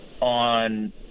on